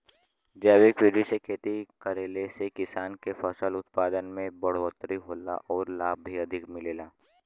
जैविक विधि से खेती करले से किसान के फसल उत्पादन में बढ़ोतरी होला आउर लाभ भी अधिक मिलेला